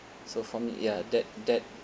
so for me ya that that